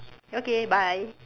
okay bye